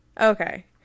Okay